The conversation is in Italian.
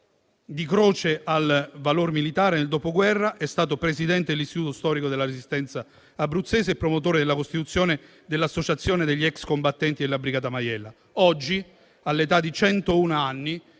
di guerra al valor militare, nel dopoguerra è stato Presidente dell'Istituto storico della resistenza abruzzese e promotore della costituzione dell'associazione degli ex combattenti della brigata Maiella. Oggi, all'età di centouno